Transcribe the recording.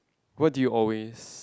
what do you always